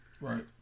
Right